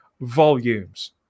volumes